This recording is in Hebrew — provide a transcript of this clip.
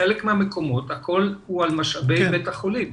בחלק מהמקומות הכול הוא על משאבי בית החולים.